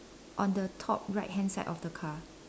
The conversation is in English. on the top right hand side of the car